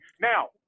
Now